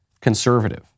conservative